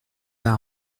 pas